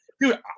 Dude